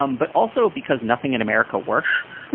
um but also because nothing in america works,